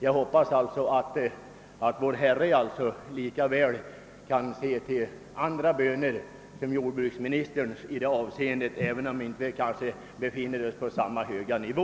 Jag hoppas att Vår Herre skall lyssna även till andra böner än jordbruksministerns, även om de inte kommer från samma höga nivå.